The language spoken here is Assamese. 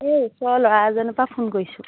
এই ওচৰৰ ল'ৰা এজনৰ পৰা ফোন কৰিছোঁ